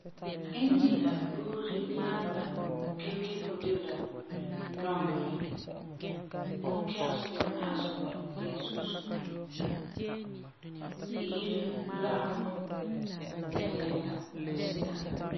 India buuri malema kekeko de la nɔŋerɛ, bunkɛgesi na'asigɔ bii zu'usegɔ, yire lageŋɔ la yɛla asi'a.